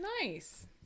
nice